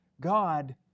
God